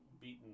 beaten